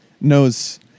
knows